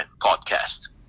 Podcast